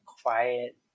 quiet